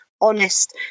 honest